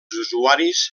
usuaris